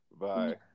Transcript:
Bye